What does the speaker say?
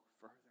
further